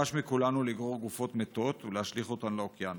נדרש מכולנו לגרור גופות מתות ולהשליך אותן לאוקיינוס.